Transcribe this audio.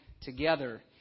together